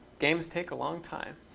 games take a long time.